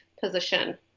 position